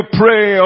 pray